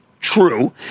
True